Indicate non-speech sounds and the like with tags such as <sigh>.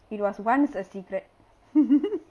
it was once a secret <noise>